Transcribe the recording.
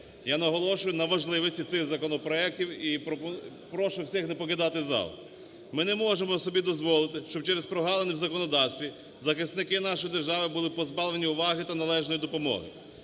Я наголошую на важливості цих законопроектів і прошу всіх не покидати зал. Ми не можемо собі дозволити, щоб через прогалини в законодавстві захисники нашої держави були позбавлені уваги та належної допомоги.